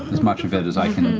as much of it as i can,